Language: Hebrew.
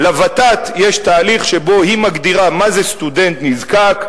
לות"ת יש תהליך שבו היא מגדירה מה זה סטודנט נזקק,